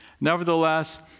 nevertheless